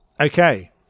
Okay